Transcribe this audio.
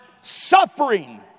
suffering